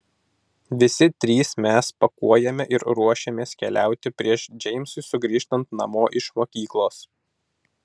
visi trys mes pakuojame ir ruošiamės keliauti prieš džeimsui sugrįžtant namo iš mokyklos